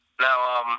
Now